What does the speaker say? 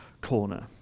corner